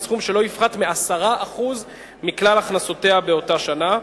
סכום שלא יפחת מ-10% מכלל הכנסותיה באותה שנה.